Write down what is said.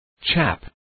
Chap